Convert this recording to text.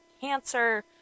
cancer